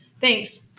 thanks